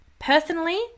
Personally